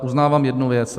Uznávám jednu věc.